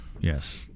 Yes